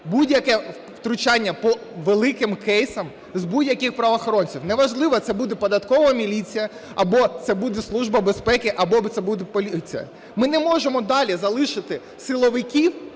будь-яке втручання по великим кейсам з будь-яких правоохоронців, неважливо це буде податкова міліція або це буде Служба безпеки, або це буде поліція. Ми не можемо далі залишити силовиків